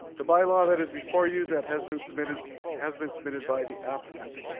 the bylaw that is before you that has been submitted has been submitted by the applicant.